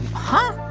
huh?